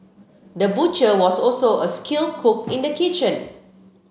the butcher was also a skilled cook in the kitchen